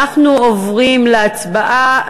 אנחנו עוברים להצבעה.